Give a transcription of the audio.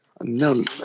No